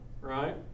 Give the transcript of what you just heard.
right